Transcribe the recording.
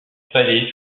palais